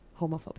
homophobic